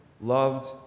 loved